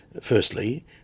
firstly